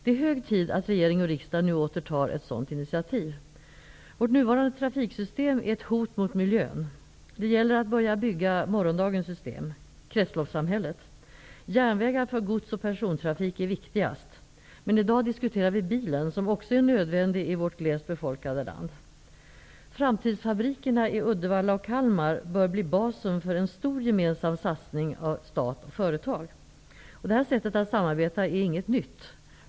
Det är hög tid att regering och riksdag nu åter tar ett sådant initiativ. Vårt nuvarande trafiksystem är ett hot mot miljön. Det gäller att börja bygga morgondagens system, kretsloppssamhället. Järnvägar för gods och persontrafik är viktigast. Men i dag diskuterar vi bilen, som också är nödvändig i vårt glest befolkade land. Framtidsfabrikerna i Uddevalla och Kalmar bör bli basen för en stor gemensam satsning av stat och företag. Detta sätt att samarbeta är inget nytt.